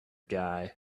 guy